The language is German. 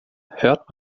hört